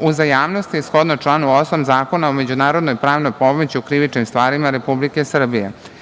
uzajamnosti, shodno članu 8. Zakona o međunarodnoj pravnoj pomoći u krivičnim stvarima Republike Srbije. Nakon